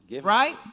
Right